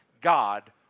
God